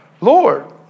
Lord